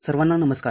सर्वांना नमस्कार